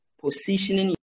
positioning